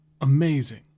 amazing